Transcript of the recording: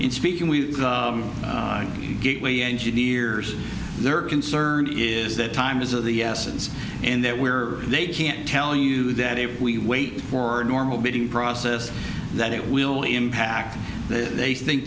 in speaking we get we engineers their concern is that time is of the essence and that where they can't tell you that if we wait for a normal bidding process that it will impact that they think